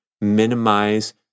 Minimize